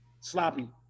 sloppy